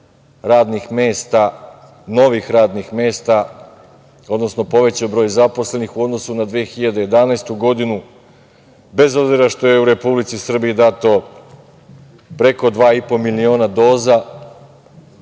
radnih mesta, novih radnih mesta, odnosno povećao broj zaposlenih u odnosu na 2011. godinu, bez obzira što je Republici Srbiji dato preko 2,5 milina doza